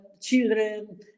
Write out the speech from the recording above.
children